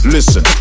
Listen